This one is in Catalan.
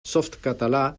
softcatalà